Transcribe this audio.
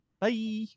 Bye